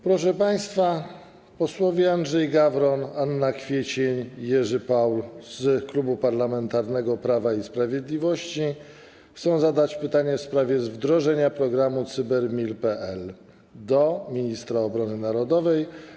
Proszę państwa, posłowie Andrzej Gawron, Anna Kwiecień i Jerzy Paul z Klubu Parlamentarnego Prawo i Sprawiedliwość chcą zadać pytanie w sprawie wdrażania programu Cyber.mil.pl ministrowi obrony narodowej.